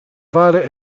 fare